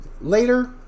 later